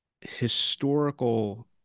historical